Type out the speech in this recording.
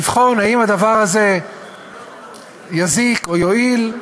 לבחון אם הדבר הזה יזיק או יועיל.